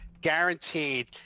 guaranteed